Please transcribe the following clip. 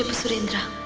surendra?